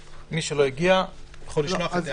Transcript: מי שלא הגיע, יכול לשלוח את הערותיו בכתב.